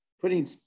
putting